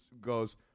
goes